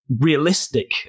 realistic